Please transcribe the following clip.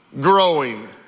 Growing